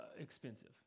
expensive